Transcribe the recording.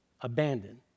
abandoned